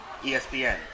ESPN